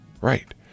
Right